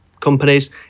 companies